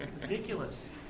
Ridiculous